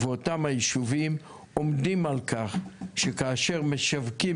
ואותם הישובים עומדים על כך שכאשר משווקים